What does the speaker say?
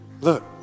Look